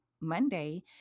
monday